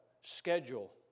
schedule